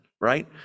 right